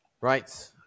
Right